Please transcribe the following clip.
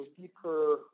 deeper